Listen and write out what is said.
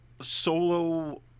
solo